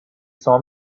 saw